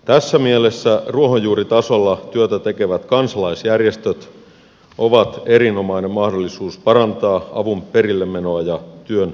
tässä mielessä ruohonjuuritasolla työtä tekevät kansalaisjärjestöt ovat erinomainen mahdollisuus parantaa avun perillemenoa ja työn tuloksellisuutta